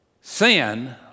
Sin